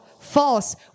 False